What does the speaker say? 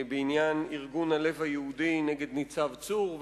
בעניין ארגון "הלב היהודי" נגד ניצב צור,